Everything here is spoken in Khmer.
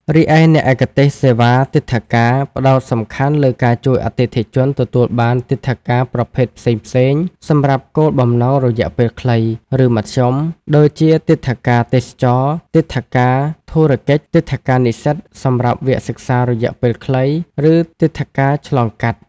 រីឯ អ្នកឯកទេសសេវាទិដ្ឋាការ ផ្តោតសំខាន់លើការជួយអតិថិជនទទួលបានទិដ្ឋាការប្រភេទផ្សេងៗសម្រាប់គោលបំណងរយៈពេលខ្លី ឬមធ្យម ដូចជាទិដ្ឋាការទេសចរណ៍ ទិដ្ឋាការធុរកិច្ច ទិដ្ឋាការនិស្សិត (សម្រាប់វគ្គសិក្សារយៈពេលខ្លី) ឬទិដ្ឋាការឆ្លងកាត់។